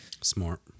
smart